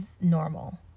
normal